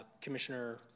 Commissioner